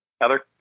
Heather